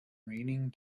raining